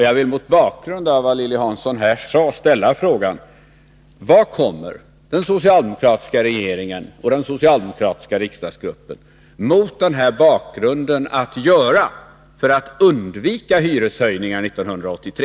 Jag vill mot bakgrund av det Lilly Hansson sade ställa frågan: Vad kommer den socialdemokratiska regeringen och den socialdemokratiska riksdagsgruppen mot den här bakgrunden att göra för att undvika hyreshöjningar 1983?